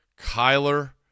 Kyler